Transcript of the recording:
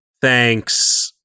thanks